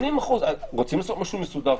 רוצים לעשות משהו מסודר?